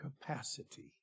capacity